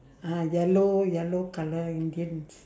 uh yellow yellow colour indians